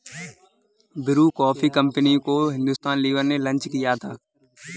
Bru coffee company को Hindustan Lever ने launch किया था